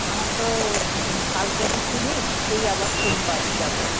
আমার তো কালকে কিছু নেই সেই আবার সোমবার যাব